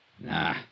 Nah